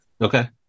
Okay